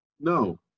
no